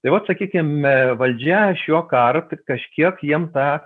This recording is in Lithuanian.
tai vat sakykime valdžia šiuokart kažkiek jiem tą